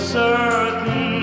certain